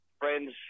friends